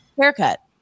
haircut